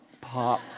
pop